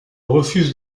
refuse